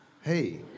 Hey